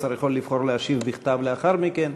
השר יכול לבחור להשיב בכתב לאחר מכן,